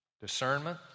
discernment